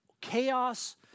chaos